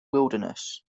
wilderness